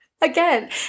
Again